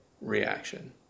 reaction